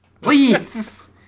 Please